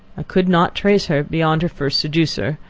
i could not trace her beyond her first seducer,